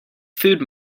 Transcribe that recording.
food